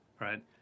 right